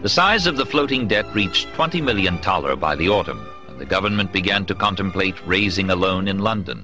the size of the floating debt reached twenty million taler by the autumn when the government began to contemplate raising alone in london